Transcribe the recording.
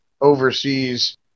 overseas